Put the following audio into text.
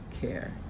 care